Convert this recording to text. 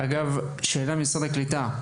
שאלה לנציגי משרד הקליטה,